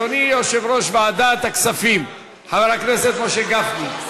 אדוני יושב-ראש ועדת הכספים חבר הכנסת משה גפני,